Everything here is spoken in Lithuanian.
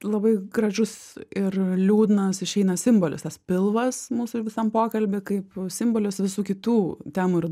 labai gražus ir liūdnas išeina simbolis tas pilvas mūsų visam pokalby kaip simbolis visų kitų temų ir